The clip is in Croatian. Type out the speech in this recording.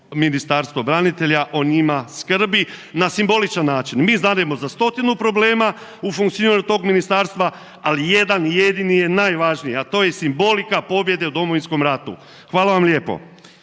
ministarstvo branitelja o njima skrbi na simboličan način. Mi znademo za 100-tinu problema u funkcioniranju tog ministarstva, ali jedan jedini je najvažniji, a to je simbolika pobjede u Domovinskom ratu. Hvala vam lijepo.